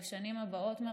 שבשנים הבאות,